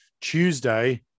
Tuesday